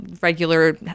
regular